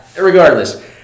Regardless